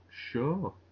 sure